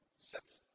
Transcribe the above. set